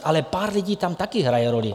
Ale pár lidí tam taky hraje roli.